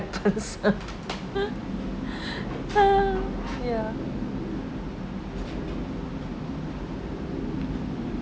it happens ya